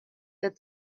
that